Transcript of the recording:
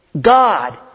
God